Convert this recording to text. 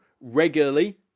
regularly